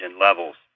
levels